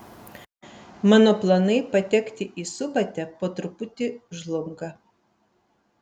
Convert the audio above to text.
mano planai patekti į subatę po truputį žlunga